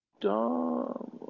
dumb